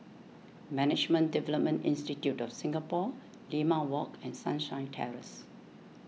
Management Development Institute of Singapore Limau Walk and Sunshine Terrace